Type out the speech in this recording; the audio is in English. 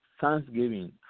Thanksgiving